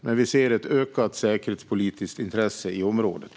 Men vi ser alltså ett ökat säkerhetspolitiskt intresse i området.